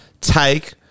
Take